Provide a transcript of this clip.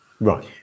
Right